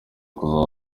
kuzaba